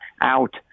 out